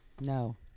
No